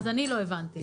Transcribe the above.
את לא הבנת מה אמרתי.